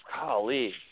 golly